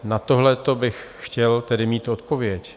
Na tohleto bych chtěl tedy mít odpověď.